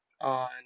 on